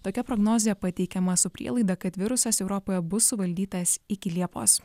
tokia prognozė pateikiama su prielaida kad virusas europoje bus suvaldytas iki liepos